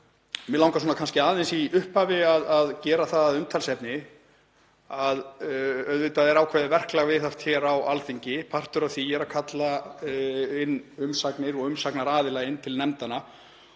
Mig langar kannski aðeins í upphafi að gera það að umtalsefni að auðvitað er ákveðið verklag viðhaft hér á Alþingi. Partur af því er að kalla umsagnir og umsagnaraðila inn til nefndanna